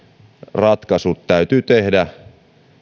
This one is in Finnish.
ratkaisut rangaistusjärjestelmässä täytyy tehdä